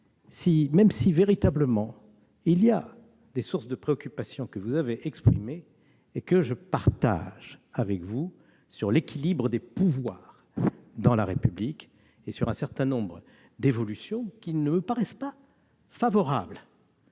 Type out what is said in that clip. de véritables sources de préoccupation, que vous avez exprimées et que je partage s'agissant de l'équilibre des pouvoirs dans la République et d'un certain nombre d'évolutions qui ne me paraissent pas favorables